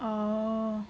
oh